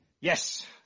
Yes